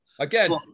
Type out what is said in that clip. Again